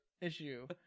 issue